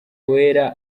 wera